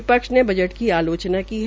विपक्ष ने बज्ट की आलोचना की है